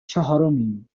چهارمیم